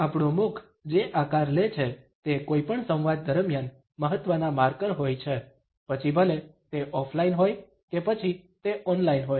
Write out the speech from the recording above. આપણું મુખ જે આકાર લે છે તે કોઈપણ સંવાદ દરમિયાન મહત્વના માર્કર હોય છે પછી ભલે તે ઓફલાઈન હોય કે પછી તે ઓનલાઈન હોય